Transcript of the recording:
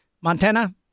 Montana